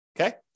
Okay